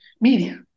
media